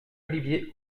olivier